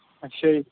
ਅੱਛਾ ਜੀ